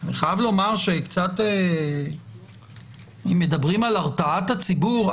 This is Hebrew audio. אני חייבת לומר שאם מדברים על הרתעת הציבור,